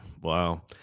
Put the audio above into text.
Wow